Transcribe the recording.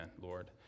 Lord